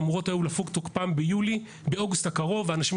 עד שלא תגמור את המשבר,